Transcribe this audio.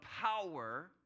power